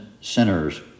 sinners